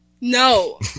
No